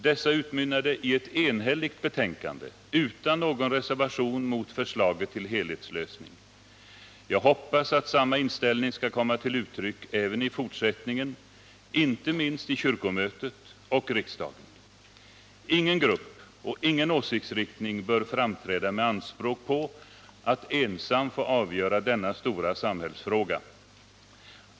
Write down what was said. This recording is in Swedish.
Dessa utmynnade i ett enhälligt betänkande, utan någon reservation mot förslaget till helhetslösning. Jag hoppas att samma inställning skall komma till uttryck även i fortsättningen, inte minst vid kyrkomötet och i riksdagen. Ingen grupp och ingen åsiktsriktning bör framträda med anspråk på att ensam få avgöra denna stora samhällsfråga.